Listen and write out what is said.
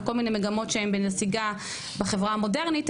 וכל מיני מגמות שהן בנסיגה בחברה המודרנית,